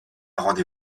rendez